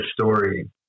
story